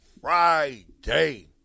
Friday